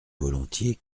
volontiers